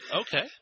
Okay